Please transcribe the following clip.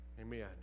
Amen